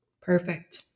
Perfect